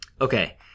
okay